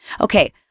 Okay